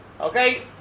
Okay